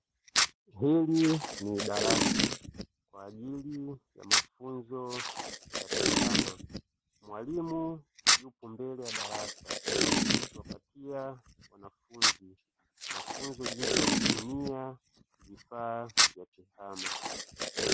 Hili ni darasa kwa ajili ya mafunzo ya tehama. Mwalimu yupo mbele ya darasa akiwapatia wanafunzi mafunzo jinsi ya kutumia vifaa vya tehama.